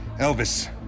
Elvis